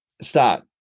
start